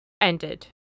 ended